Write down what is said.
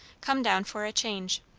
come down for a change.